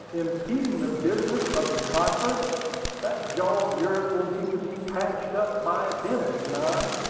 impeding the business of the conference that jaw of yours will need to be patched up by a dentist, man!